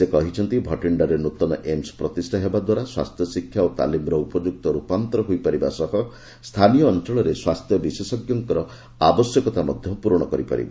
ସେ କହିଛନ୍ତି ଯେ ଭାଟିଣ୍ଡାରେ ନ୍ତନ ଏମ୍ସ ପ୍ରତିଷ୍ଠା ହେବା ଦ୍ୱାରା ସ୍ପାସ୍ଥ୍ୟଶିକ୍ଷା ଓ ତାଲିମର ଉପଯୁକ୍ତ ର୍ପାନ୍ତର ହୋଇ ପାରିବା ସହ ସ୍ଥାନୀୟ ଅଞ୍ଚଳରେ ସ୍ୱାସ୍ଥ୍ୟ ବିଶେଷଜ୍ଞଙ୍କର ଆବଶ୍ୟକତା ମଧ୍ୟ ପୂରଣ କରିପାରିବ